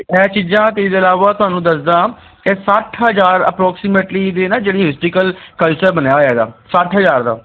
ਇਹ ਚੀਜ਼ਾਂ ਤਾਂ ਇਹਦੇ ਇਲਾਵਾ ਤੁਹਾਨੂੰ ਦੱਸਦਾ ਇਹ ਸੱਠ ਹਜ਼ਾਰ ਅਪਰੋਕਸੀਮੇਟਲੀ ਇਹਦੇ ਨਾ ਜਿਹੜੀ ਹਿਸਟਰੀਕਲ ਕਲਚਰ ਬਣਿਆ ਹੋਇਆ ਹੈਗਾ ਸੱਠ ਹਜ਼ਾਰ ਦਾ